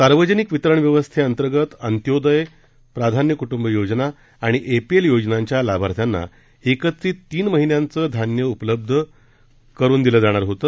सार्वजनिक वितरण व्यवस्थेअंतर्गत अंत्योदय प्राधान्य कुटुंब योजना आणि एपीएल योजनांच्या लाभार्थ्यांना एकत्रित तीन महिन्याचे धान्य उपलब्ध करण्यात येणार होते